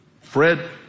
Fred